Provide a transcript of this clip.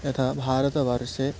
यथा भारतवर्षे